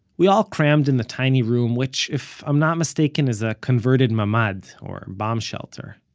we all crammed in the tiny room, which if i'm not mistaken is a converted mama d, or bomb shelter.